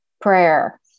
prayer